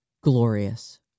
glorious